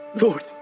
Lord